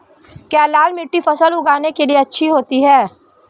क्या लाल मिट्टी फसल उगाने के लिए अच्छी होती है?